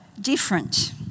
different